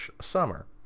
summer